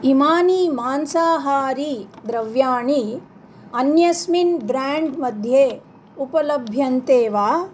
इमानि मांसाहारिद्रव्याणि अन्यस्मिन् ब्राण्ड् मध्ये उपलभ्यन्ते वा